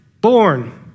born